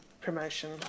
promotion